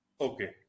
Okay